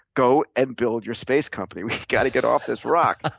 go and build your space company, we gotta get off this rock.